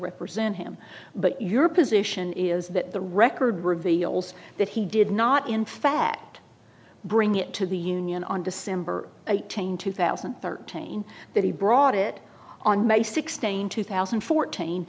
represent him but your position is that the record reveals that he did not in fact bring it to the union on december eighteenth two thousand and thirteen that he brought it on may sixteenth two thousand and fourteen